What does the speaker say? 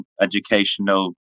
educational